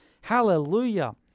Hallelujah